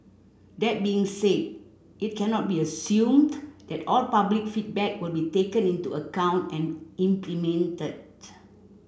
that being said it cannot be assumed that all public feedback will be taken into account and implemented